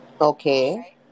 Okay